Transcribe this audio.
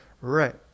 Right